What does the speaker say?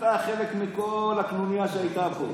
אתה חלק מכל הקנוניה שהייתה פה.